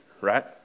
Right